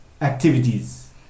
activities